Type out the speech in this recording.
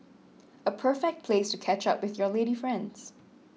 a perfect place to catch up with your lady friends